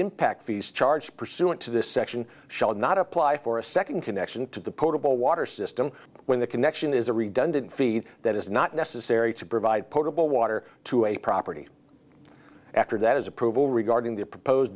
impact fees charged pursuant to this section shall not apply for a second connection to the potable water system when the connection is a redundant feed that is not necessary to provide potable water to a property after that is approval regarding the propose